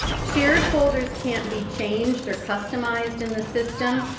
shared folders can't be changed or customized in the system.